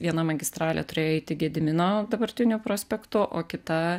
viena magistralė turėjo eiti gedimino dabartiniu prospektu o kita